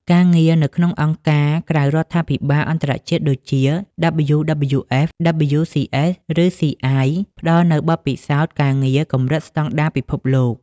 ការងារនៅក្នុងអង្គការក្រៅរដ្ឋាភិបាលអន្តរជាតិ ដូចជា WWF, WCS ឬ CI ផ្តល់នូវបទពិសោធន៍ការងារកម្រិតស្តង់ដារពិភពលោក។